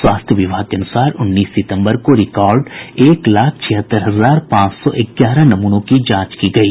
स्वास्थ्य विभाग के अनुसार उन्नीस सितम्बर को रिकॉर्ड एक लाख छिहत्तर हजार पांच सौ ग्यारह नमूनों की जांच की गयी